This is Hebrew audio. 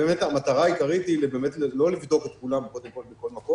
באמת המטרה העיקרית היא לא לבדוק את כולם בכל מקום,